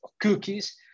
cookies